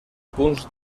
punts